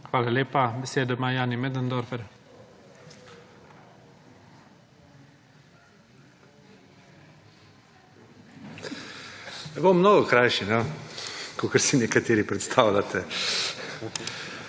Hvala lepa. Besedo ima Jani Möderndorfer.